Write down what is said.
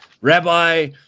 Rabbi